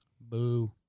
Boo